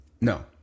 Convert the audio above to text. No